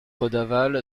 redavalle